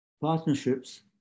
partnerships